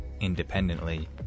independently